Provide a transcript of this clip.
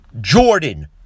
Jordan